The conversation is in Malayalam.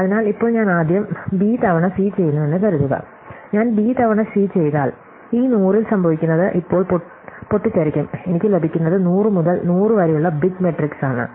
അതിനാൽ ഇപ്പോൾ ഞാൻ ആദ്യം ബി തവണ സി ചെയ്യുന്നുവെന്ന് കരുതുക ഞാൻ ബി തവണ സി ചെയ്താൽ ഈ 100 ൽ സംഭവിക്കുന്നത് ഇപ്പോൾ പൊട്ടിത്തെറിക്കും എനിക്ക് ലഭിക്കുനത് 100 മുതൽ 100 വരെയുള്ള ബിഗ് മാട്രിക്സ് ആണ്